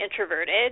introverted